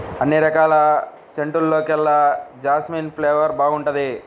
అన్ని రకాల సెంటుల్లోకెల్లా జాస్మిన్ ఫ్లేవర్ బాగుంటుంది